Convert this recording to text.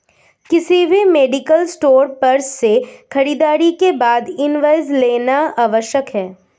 किसी भी medical store पर से खरीदारी के बाद इनवॉइस लेना आवश्यक है